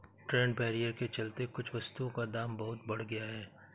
trade barrier के चलते कुछ वस्तुओं का दाम बहुत बढ़ गया है